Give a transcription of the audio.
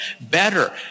better